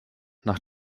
nach